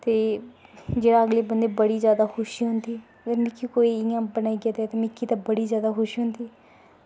ते जेह्दे कन्नै अगले बंदे गी बड़ी जादा खुशी होंदी ते मिगी कोई इ'यां बनाइयै ते मिगी बड़ी जादा खुशी होंदी